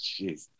Jeez